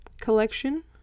collection